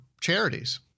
charities